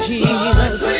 Jesus